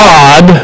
God